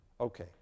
Okay